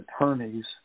attorneys –